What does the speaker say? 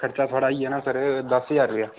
खर्चा थुआढ़ा आई जाना सर दस ज्हार रपेआ